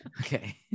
Okay